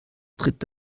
tritt